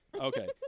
okay